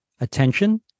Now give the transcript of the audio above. attention